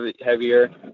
heavier